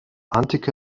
antike